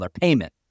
payment